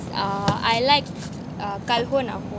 uh I like kalho naho